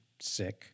sick